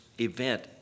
event